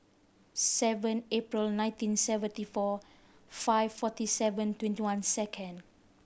seven April nineteen seventy four five forty seven twenty one second